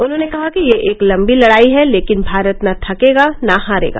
उन्होंने कहा कि यह एक लंबी लड़ाई है लेकिन भारत न थकेगा न हारेगा